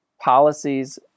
policies